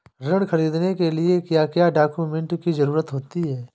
ऋण ख़रीदने के लिए क्या क्या डॉक्यूमेंट की ज़रुरत होती है?